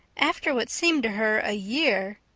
after what seemed to her a year.